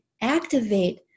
activate